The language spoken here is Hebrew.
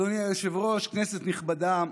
אדוני היושב-ראש, כנסת נכבדה,